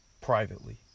privately